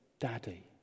Daddy